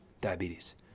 diabetes